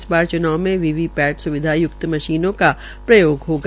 इस बार च्नाव में वी वी पैट स्विधा य्क्त मशीनों का प्रयोग होगा